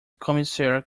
commissaire